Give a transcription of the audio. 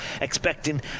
expecting